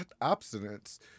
abstinence